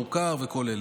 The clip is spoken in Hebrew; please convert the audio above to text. מוכר וכל אלה.